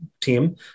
team